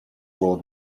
world